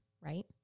right